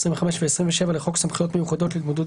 25 ו-27 לחוק סמכויות מיוחדות להתמודדות